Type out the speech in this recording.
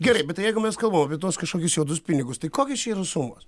gerai bet tai jeigu mes kalbam apie tuos kažkokius juodus pinigus tai kokios čia yra sumos